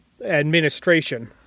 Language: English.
administration